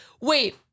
wait